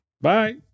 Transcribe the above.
Bye